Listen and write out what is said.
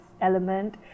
element